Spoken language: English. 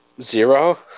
Zero